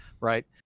right